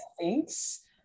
Thanks